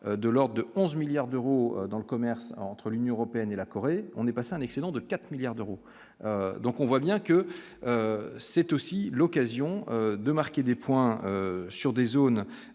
de lors de 11 milliards d'euros dans le commerce entre l'Union européenne et la Corée, on est passé un excédent de 4 milliards d'euros, donc on voit bien que c'est aussi l'occasion de marquer des points sur des zones